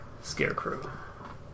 Scarecrow